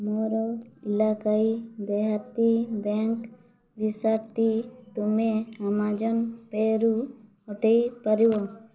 ମୋର ଇଲାକାଈ ଦେହାତୀ ବ୍ୟାଙ୍କ୍ ଭିସାଟି ତୁମେ ଆମାଜନ୍ ପେ'ରୁ ହଟେଇ ପାରିବ